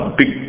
big